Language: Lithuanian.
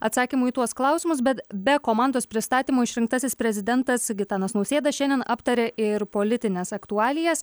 atsakymų į tuos klausimus bet be komandos pristatymo išrinktasis prezidentas gitanas nausėda šiandien aptarė ir politines aktualijas